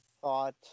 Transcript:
thought